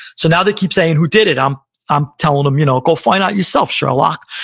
so now they keep saying, who did it? i'm i'm telling them, you know go find out yourself, sherlock.